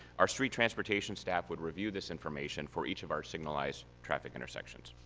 our street transportation staff would review this information for each of our signalized traffic intersections.